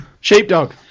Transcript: Sheepdog